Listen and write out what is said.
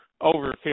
over